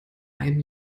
einem